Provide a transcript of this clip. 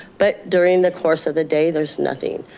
but during the course of the day, there's nothing.